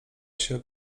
się